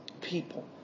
people